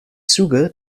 zuge